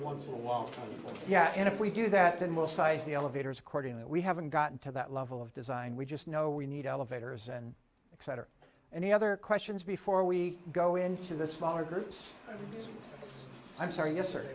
once a long yeah and if we do that then most size the elevators according that we haven't gotten to that level of design we just know we need elevators and exciter any other questions before we go into the smaller groups i'm sorry yes sir